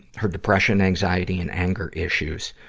her depression, anxiety, and anger issues,